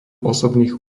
osobných